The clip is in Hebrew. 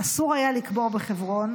אסור היה לקבור בחברון.